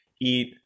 eat